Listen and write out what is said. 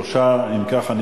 3. אם כך,